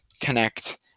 connect